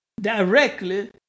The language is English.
Directly